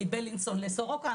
מבילינסון לסורוקה,